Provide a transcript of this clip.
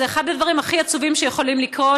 זה אחד הדברים הכי עצובים שיכולים לקרות.